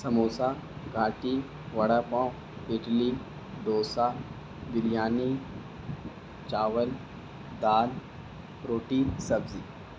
سموسہ گھاٹی وڑا پاؤ اڈلی ڈوسا بریانی چاول دال روٹی سبزی